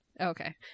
okay